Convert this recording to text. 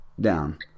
down